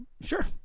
Sure